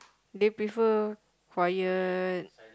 they prefer quiet